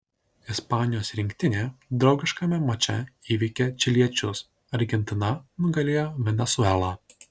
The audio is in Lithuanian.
ispanijos rinktinė draugiškame mače įveikė čiliečius argentina nugalėjo venesuelą